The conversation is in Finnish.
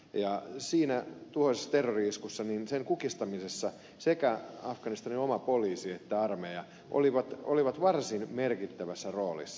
ja siinä tuossa terrori isku niin sen kukistamisessa sekä afganistanin oma poliisi että armeija olivat varsin merkittävässä roolissa